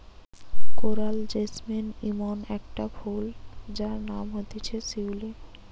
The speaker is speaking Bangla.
কোরাল জেসমিন ইমন একটা ফুল যার নাম হতিছে শিউলি